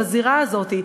בזירה הזאת,